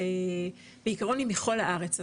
בעיקרון היא מכל הארץ,